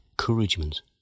encouragement